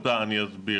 מסיבה פשוטה, ואסביר.